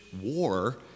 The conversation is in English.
war